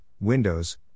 windows